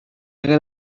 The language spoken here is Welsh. angen